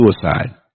suicide